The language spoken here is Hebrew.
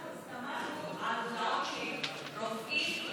אנחנו הסתמכנו על הודעות של רופאים,